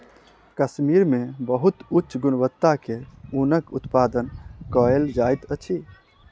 कश्मीर मे बहुत उच्च गुणवत्ता के ऊनक उत्पादन कयल जाइत अछि